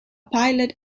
pilot